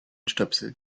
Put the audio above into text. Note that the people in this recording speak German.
stöpsel